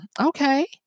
okay